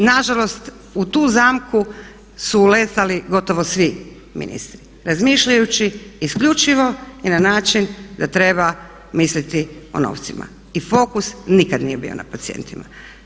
I nažalost u tu zamku su uletali gotovo svi ministri, razmišljajući isključivo i na način da treba misliti o novcima i fokus nikada nije bio na pacijentima.